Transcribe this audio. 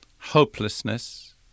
hopelessness